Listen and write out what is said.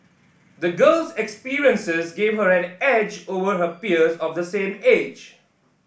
the girl's experiences gave her an edge over her peers of the same age